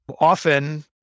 often